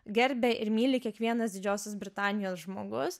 gerbia ir myli kiekvienas didžiosios britanijos žmogus